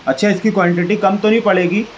اچھا اس کی کوانٹٹی کم تو نہیں پڑے گی